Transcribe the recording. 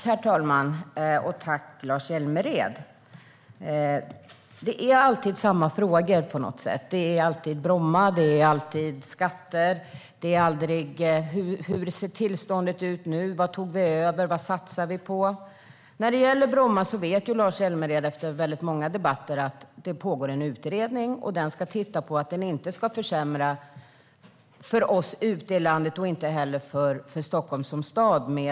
Herr talman! Tack för frågan, Lars Hjälmered! Det är alltid samma frågor, på något sätt. Det är alltid Bromma, och det är alltid skatter. Det är aldrig hur tillståndet ser ut nu, vad vi tog över och vad vi satsar på. När det gäller Bromma flygplats vet Lars Hjälmered efter många debatter att det pågår en utredning. Den ska titta på att kommunikationerna inte ska försämras för oss ute i landet och inte heller för Stockholm som stad.